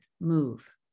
move